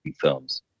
films